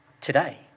today